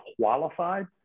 qualified